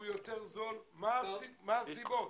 מה הסיבות?